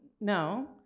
No